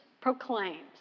proclaims